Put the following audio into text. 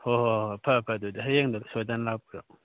ꯍꯣꯏ ꯍꯣꯏ ꯍꯣꯏ ꯐꯔꯦ ꯐꯔꯦ ꯑꯗꯨꯗꯤ ꯍꯌꯦꯡꯗꯨ ꯁꯣꯏꯗꯅ ꯂꯥꯛꯄꯤꯔꯣ